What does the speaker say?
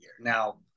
Now